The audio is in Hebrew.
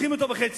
חותכים אותו בחצי.